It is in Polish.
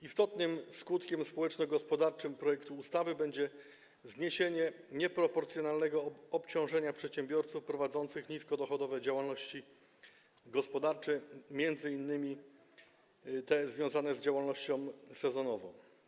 Istotnym skutkiem społeczno-gospodarczym projektu ustawy będzie zniesienie nieproporcjonalnego obciążenia przedsiębiorców prowadzących niskodochodową działalność gospodarczą, m.in. związaną z działalnością sezonową.